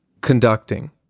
conducting